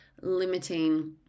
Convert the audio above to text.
limiting